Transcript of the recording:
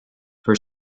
for